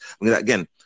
Again